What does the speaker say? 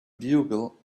bugle